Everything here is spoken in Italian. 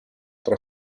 tra